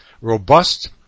robust